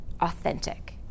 authentic